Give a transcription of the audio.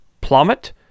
plummet